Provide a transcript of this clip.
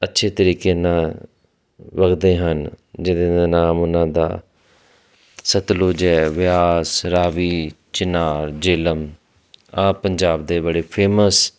ਅੱਛੇ ਤਰੀਕੇ ਨਾਲ ਵਗਦੇ ਹਨ ਜਿਹਦੇ ਦਾ ਨਾਮ ਉਹਨਾਂ ਦਾ ਸਤਲੁਜ ਹੈ ਬਿਆਸ ਰਾਵੀ ਚਨਾਵ ਜੇਹਲਮ ਆਹ ਪੰਜਾਬ ਦੇ ਬੜੇ ਫੇਮਸ